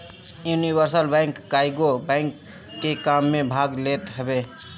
universal bank कईगो bank के काम में भाग लेत हवे